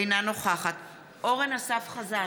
אינה נוכחת אורן אסף חזן,